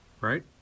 right